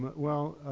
but well,